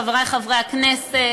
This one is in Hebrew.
חברי חברי הכנסת,